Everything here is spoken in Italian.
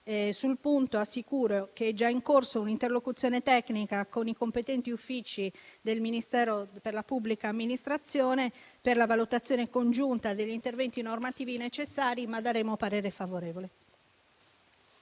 Sul punto assicuro che è già in corso un'interlocuzione tecnica con i competenti uffici del Ministero per la pubblica amministrazione per la valutazione congiunta degli interventi normativi necessari, ma daremo parere favorevole.